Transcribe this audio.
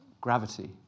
gravity